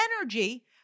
energy